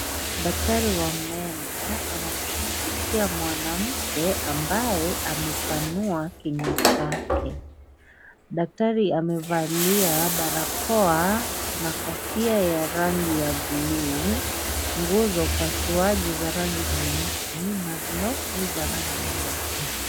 Daktari wa meno anamshugulikia mwanamke ambaye amepanua kinywa chake. Daktari amevalia barakoa na kofia ya rangi ya bluu. Nguo za upasuaji za rangi nyeusi na glove za rangi nyeupe.